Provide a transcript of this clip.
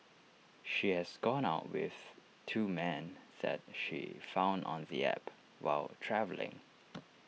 she has gone out with two men that she found on the app while travelling